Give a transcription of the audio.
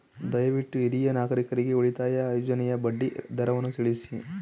ದಯವಿಟ್ಟು ಹಿರಿಯ ನಾಗರಿಕರ ಉಳಿತಾಯ ಯೋಜನೆಯ ಬಡ್ಡಿ ದರವನ್ನು ತಿಳಿಸಿ